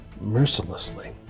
mercilessly